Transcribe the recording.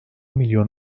milyon